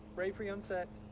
ready for you on set.